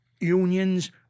unions